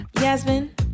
Yasmin